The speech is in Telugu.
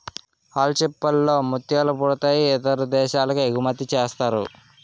ఆల్చిచిప్పల్ లో ముత్యాలు పుడతాయి ఇతర దేశాలకి ఎగుమతిసేస్తారు